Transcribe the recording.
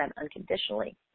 unconditionally